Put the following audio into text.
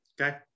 Okay